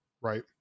Right